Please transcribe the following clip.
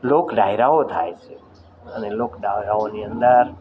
લોક ડાયરાઓ થાય છે અને લોક ડાયરાઓની અંદર